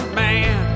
man